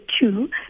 two